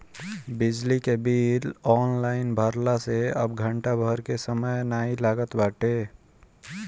बिजली के bill online भरला से अब घंटा भर के समय नाइ लागत बाटे